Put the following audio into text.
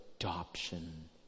adoption